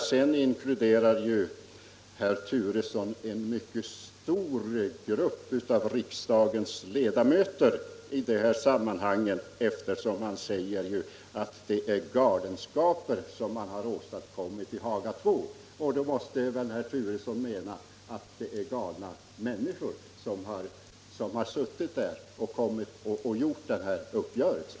Herr Turesson inkluderar ju för övrigt en mycket stor grupp av riksdagens ledamöter i detta sammanhang, eftersom han säger att det är galenskaper som man har åstadkommit i Haga II. Då måste väl herr Turesson mena att det är galna människor som har suttit där och träffat den här uppgörelsen.